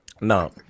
no